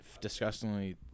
disgustingly